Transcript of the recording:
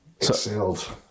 excelled